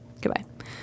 Goodbye